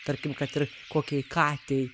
tarkim kad ir kokiai katei